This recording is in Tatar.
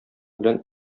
белән